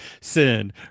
Sin